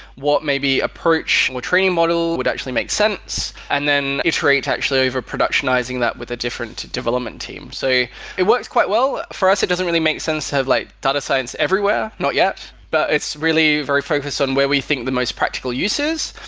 what maybe approach or training model would actually make sense? and then iterate to actually over productionzing that with a different development team. so it works quite well. for us, it doesn't really make sense to have like data science everyone. not yet. but it's really very focused on where we think the most practical uses,